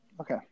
Okay